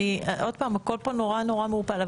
עוד פעם, הכל נורא מעורפל.